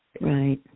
Right